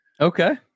Okay